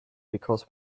because